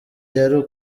yari